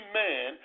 man